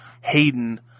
Hayden